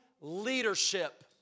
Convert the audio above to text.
leadership